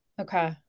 Okay